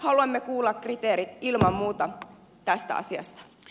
haluamme kuulla kriteerit ilman muuta tästä asiasta